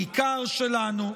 בעיקר שלנו.